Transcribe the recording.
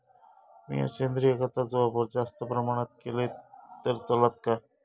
मीया सेंद्रिय खताचो वापर जास्त प्रमाणात केलय तर चलात काय?